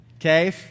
okay